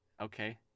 Okay